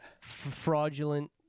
fraudulent